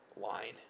line